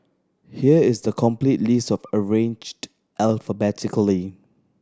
here is the complete list of arranged alphabetically